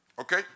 Okay